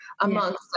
amongst